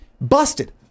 Busted